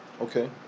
Okay